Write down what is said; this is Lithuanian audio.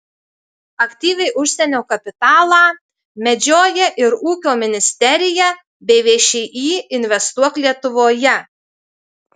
aktyviai užsienio kapitalą medžioja ir ūkio ministerija bei všį investuok lietuvoje